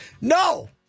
No